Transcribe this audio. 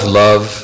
love